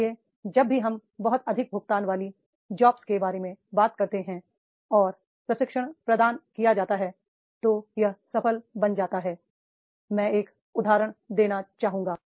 इसलिए जब भी हम बहुत अधिक भुगतान वाली जॉब्स के बारे में बात करते हैं और प्रशिक्षण प्रदान किया जाता है तो यह सफल बन जाता है मैं एक उदाहरण का देना चाहूंगा